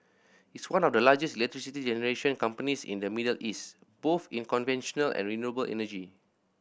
it's one of the largest electricity generation companies in the Middle East both in conventional and renewable energy